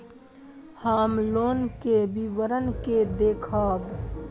हम लोन के विवरण के देखब?